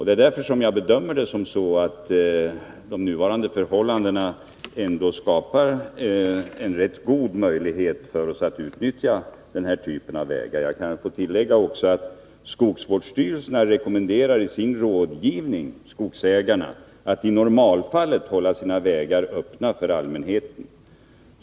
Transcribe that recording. Det är därför som jag bedömer det så att de nuvarande förhållandena skapar en rätt god möjlighet för oss att utnyttja denna typ av vägar. Jag kan också tillägga att skogsvårdsstyrelsen i sin rådgivning rekommenderar skogsägarna att i normalfallet hålla sina vägar öppna för allmänheten.